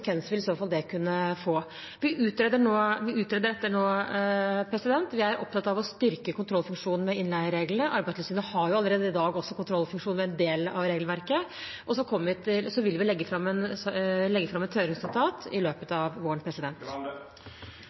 fall vil kunne få. Vi utreder dette nå. Vi er opptatt av å styrke kontrollfunksjonene i innleiereglene. Arbeidstilsynet har allerede i dag kontrollfunksjoner i en del av regelverket. Så vil vi legge fram et høringsnotat i løpet av våren.